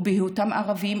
בהיותם ערבים,